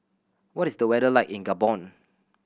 what is the weather like in Gabon